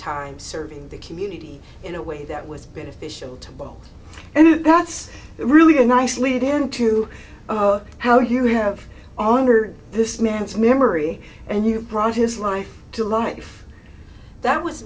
time serving the community in a way that was beneficial to both and that's really a nice lead in to how you have all under this man's memory and you brought his life to life that was